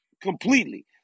completely